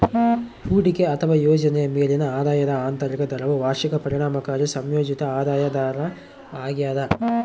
ಹೂಡಿಕೆ ಅಥವಾ ಯೋಜನೆಯ ಮೇಲಿನ ಆದಾಯದ ಆಂತರಿಕ ದರವು ವಾರ್ಷಿಕ ಪರಿಣಾಮಕಾರಿ ಸಂಯೋಜಿತ ಆದಾಯ ದರ ಆಗ್ಯದ